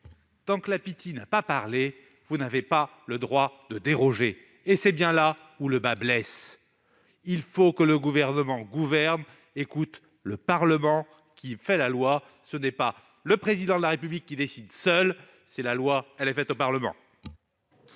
tant que la Pythie n'a pas parlé, vous n'avez pas le droit de déroger ! Or c'est bien là où le bât blesse. Il faut que le Gouvernement gouverne en écoutant le Parlement, qui fait la loi ; ce n'est pas au Président de la République de décider seul. La loi doit primer ; elle est faite au Parlement.